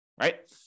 right